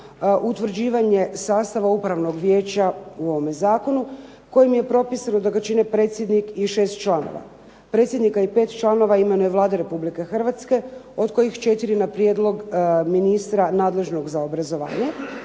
utvrđivanje sastava upravnog vijeća u ovome zakonu, kojemu je propisano da ga čine predsjednik i 6 članova. Predsjednika i 5 članova ima Vlada Republike Hrvatske od kojih 4 na prijedlog ministra nadležnog za obrazovanje,